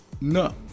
No